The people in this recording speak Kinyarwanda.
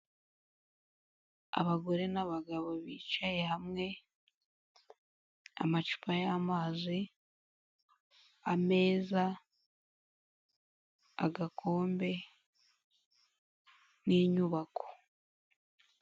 Abagore n'abagabo bicaye hamwe, amacupa y'amazi, ameza, agakombe n'inyubako.